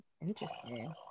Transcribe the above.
interesting